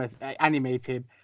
animated